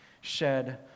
shed